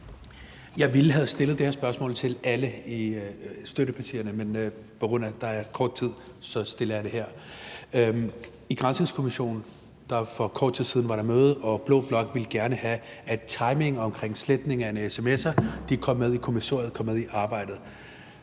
Jeg ville have stillet det her spørgsmål til alle støttepartierne, men på grund af at der er kort tid, stiller jeg det her. Der var for kort tid siden møde i Granskningskommissionen, og blå blok ville gerne have, at timingen omkring sletningen af sms'er kom med i kommissoriet, kom med i arbejdet.